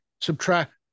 subtract